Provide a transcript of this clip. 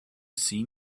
see